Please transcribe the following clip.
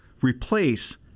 replace